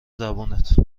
زبونت